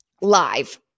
live